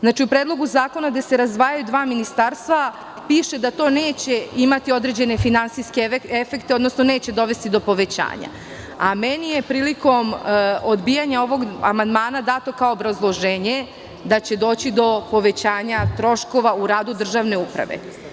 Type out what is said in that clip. Znači, u Predlogu zakona, gde se razdvajaju dva ministarstva, piše da to neće imati određene finansijske efekte, odnosno neće dovesti do povećanja, a meni je prilikom odbijanja ovog amandmana dato kao obrazloženje da će doći do povećanja troškova u radu državne uprave.